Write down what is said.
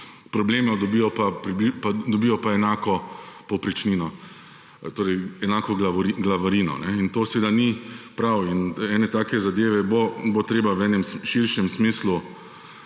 problemov, dobijo pa enako povprečnino. torej, enako glavarino, to seveda ni prav. In take zadeve bo treba v enem širšem smislu